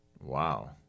Wow